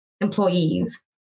employees